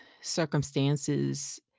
circumstances